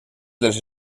dels